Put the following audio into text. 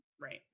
Right